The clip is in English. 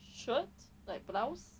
shirt like blouse